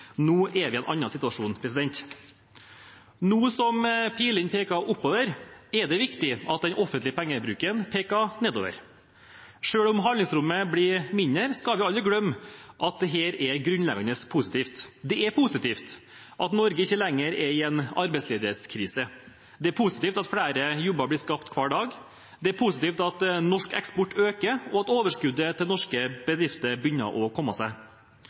Nå er vi i en annen situasjon. Nå som pilene peker oppover, er det viktig at den offentlige pengebruken peker nedover. Selv om handlingsrommet blir mindre, skal vi aldri glemme at dette er grunnleggende positivt. Det er positivt at Norge ikke lenger er i en arbeidsledighetskrise. Det er positivt at flere jobber blir skapt hver dag. Det er positivt at norsk eksport øker, og at overskuddet til norske bedrifter begynner å komme seg.